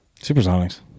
Supersonics